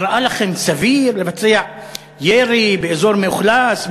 נראה לכם סביר לבצע ירי באזור מאוכלס,